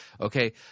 okay